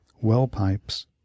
well-pipes